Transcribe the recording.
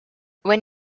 when